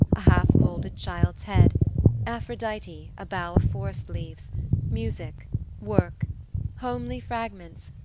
a half-moulded child's head aphrodite a bough of forest-leaves music work homely fragments,